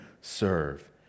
serve